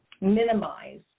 minimize